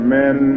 men